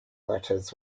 letters